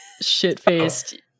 shit-faced